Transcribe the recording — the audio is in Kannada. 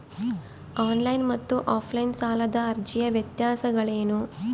ಆನ್ ಲೈನ್ ಮತ್ತು ಆಫ್ ಲೈನ್ ಸಾಲದ ಅರ್ಜಿಯ ವ್ಯತ್ಯಾಸಗಳೇನು?